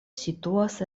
situas